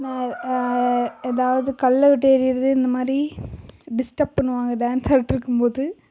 நா ஏதாவது கல்லைவிட்டு எரியறது இந்தமாதிரி டிஸ்டர்ப் பண்ணுவாங்க டான்ஸ் ஆடிகிட்டுருக்கும் போது